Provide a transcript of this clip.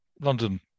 London